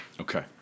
Okay